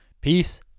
peace